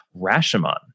Rashomon